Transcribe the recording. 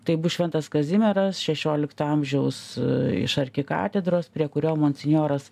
tai bus šventas kazimieras šešiolikto amžiaus iš arkikatedros prie kurio monsinjoras